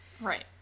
Right